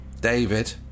David